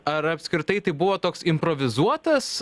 ar apskritai tai buvo toks improvizuotas